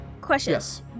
Questions